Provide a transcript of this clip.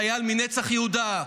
חייל מנצח יהודה,